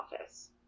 office